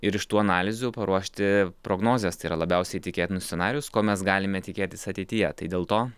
ir iš tų analizių paruošti prognozes tai yra labiausiai tikėtinus scenarijus ko mes galime tikėtis ateityje tai dėl to